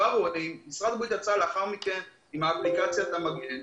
משרד הבריאות יצא עם אפליקציית "המגן",